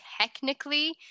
technically